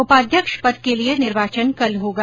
उपाध्यक्ष पद के लिये निर्वाचन कल होगा